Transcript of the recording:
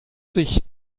sich